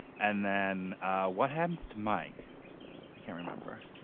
and then what happens to mike i can't remember.